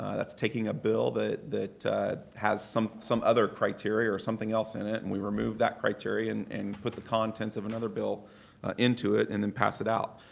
that's taking a bill that that has some some other criteria or something else in it and we remove that criteria and and put the contents of another bill into it and then pass it out.